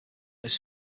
his